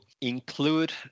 include